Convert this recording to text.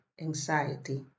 anxiety